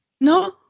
No